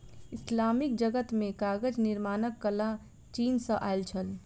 Islamic जगत मे कागज निर्माणक कला चीन सॅ आयल छल